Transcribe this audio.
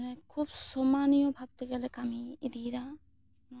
ᱠᱷᱩᱵᱽ ᱥᱚᱢᱟᱱᱱᱤᱭᱟᱹ ᱵᱷᱟᱵᱛᱮ ᱜᱮᱞᱮ ᱠᱟᱹᱢᱤ ᱤᱫᱤᱭ ᱫᱟ ᱱᱚᱣᱟ